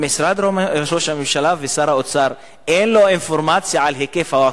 אם משרד ראש הממשלה ושר האוצר אין להם אינפורמציה על היקף הווקף,